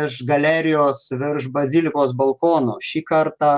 iš galerijos virš bazilikos balkono šį kartą